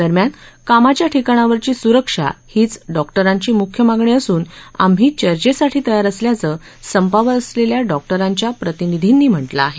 दरम्यान कामाच्या ठिकाणावरची सुरक्षा हीच डॉक्टरांची मुख्य मागणी असून आम्ही चर्चेसाठी तयार असल्याचं संपावर असलेल्या डॉक्टरांच्या प्रतिनिधीनं म्हटलं आहे